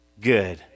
good